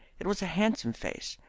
it was a handsome face,